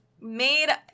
made